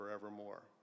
forevermore